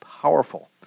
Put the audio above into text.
powerful